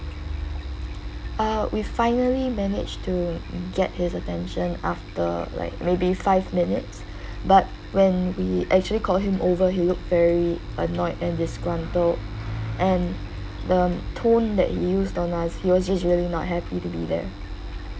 uh we finally managed to get his attention after like maybe five minutes but when we actually call him over he looked very annoyed and disgruntled and the tone that he used on us he was just really not happy to be there